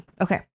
Okay